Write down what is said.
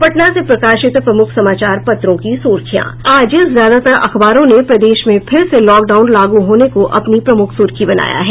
अब पटना से प्रकाशित प्रमुख समाचार पत्रों की सुर्खियां आज ज्यादातर अखबारों ने प्रदेश में फिर से लॉकडाउन लागू होने को अपनी प्रमुख सुर्खी बनाया है